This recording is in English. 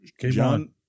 John